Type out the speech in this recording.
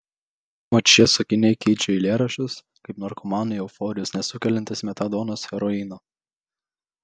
mat šie sakiniai keičia eilėraščius kaip narkomanui euforijos nesukeliantis metadonas heroiną